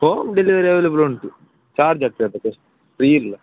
home delivery available ಉಂಟು charge ಆಗ್ತದೆ ಅಷ್ಟೆ ಫ್ರೀ ಇಲ್ಲ